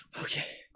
Okay